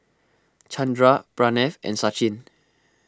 Chandra Pranav and Sachin